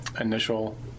initial